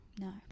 No